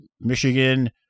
Michigan